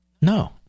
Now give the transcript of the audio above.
No